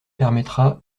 permettra